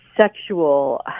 sexual